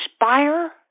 inspire